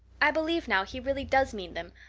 i believe now he really does mean them,